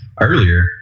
earlier